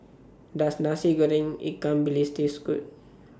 Does Nasi Goreng Ikan Bilis Taste Good